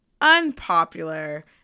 unpopular